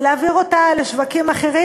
ולהעביר אותה לשווקים אחרים,